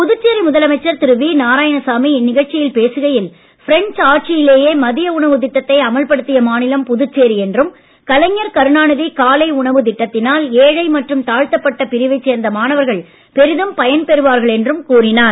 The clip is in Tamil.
புதுச்சேரி முதலமைச்சர் திரு வி நாராயணசாமி இந்நிகழ்ச்சியில் பேசுகையில் பிரஞ்ச் ஆட்சியிலேயே மதிய உணவு திட்டத்தை அமல்படுத்திய மாநிலம் புதுச்சேரி என்றும் கலைஞர் கருணாநிதி காலை உணவு திட்டத்தினால் ஏழை மற்றும் தாழ்த்தப்பட்ட பிரிவைச் சேர்ந்த மாணவர்கள் பெரிதும் பயன் பெறுவார்கள் என்றும் கூறினார்